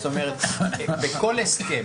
בכל הסכם,